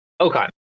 okay